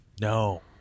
No